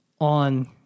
on